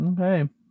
okay